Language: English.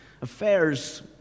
Affairs